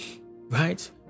right